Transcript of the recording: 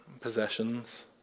possessions